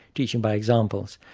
teaching by examples,